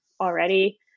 already